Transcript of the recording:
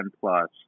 plus